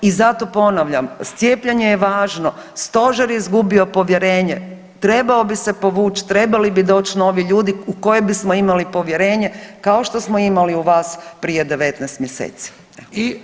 I zato ponavljam, cijepljenje je važno, stožer je izgubio povjerenje, trebao bi se povući, trebali bi doći novi ljudi u koje bismo imali povjerenje kao što smo imali u vas prije 19 mjeseci.